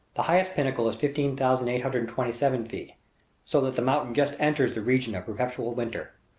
the highest pinnacle is fifteen thousand eight hundred and twenty seven feet so that the mountain just enters the region of perpetual winter.